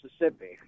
Mississippi